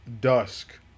dusk